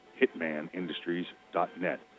hitmanindustries.net